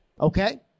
Okay